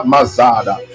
Mazada